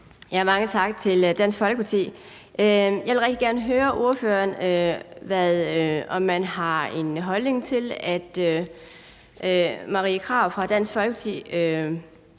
Mange tak til Dansk Folkeparti. Jeg vil rigtig gerne høre ordføreren, om man har en holdning til, at Marie Krarup fra Dansk Folkeparti